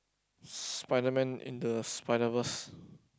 Spider-Man into the Spider-Verse